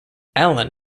allen